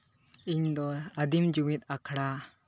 ᱤᱧ ᱫᱚ ᱟᱹᱫᱤᱢ ᱡᱩᱢᱤᱫ ᱟᱠᱷᱲᱟ